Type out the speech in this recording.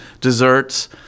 desserts